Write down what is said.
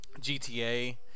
gta